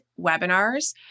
webinars